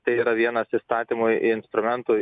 tai yra vienas įstatymu instrumentų